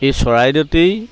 এই চৰাইদেউতেই